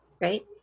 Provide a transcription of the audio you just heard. right